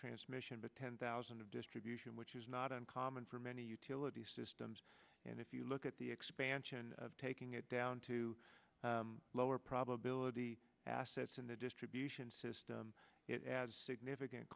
transmission but ten thousand of distribution which is not uncommon for many utility systems and if you look at the expansion of taking it down to lower probability assets in the distribution system it adds significant